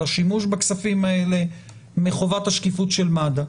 השימוש בכספים האלה מחובת השקיפות של מד"א.